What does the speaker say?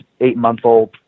eight-month-old